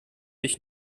ich